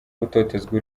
gutotezwa